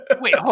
wait